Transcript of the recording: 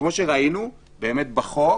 כפי שראינו בחוק,